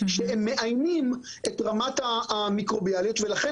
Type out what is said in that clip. שהם מאיימים את רמת המיקרוביאליות ולכן